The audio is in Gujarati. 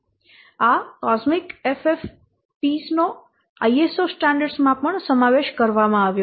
આ COSMIC FFPs નો ISO સ્ટાન્ડર્ડ્સ માં સમાવેશ કરવામાં આવ્યો છે